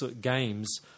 games